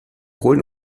holen